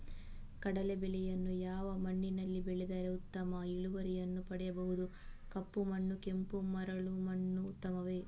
ಕಡಲೇ ಬೆಳೆಯನ್ನು ಯಾವ ಮಣ್ಣಿನಲ್ಲಿ ಬೆಳೆದರೆ ಉತ್ತಮ ಇಳುವರಿಯನ್ನು ಪಡೆಯಬಹುದು? ಕಪ್ಪು ಮಣ್ಣು ಕೆಂಪು ಮರಳು ಮಣ್ಣು ಉತ್ತಮವೇ?